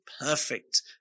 perfect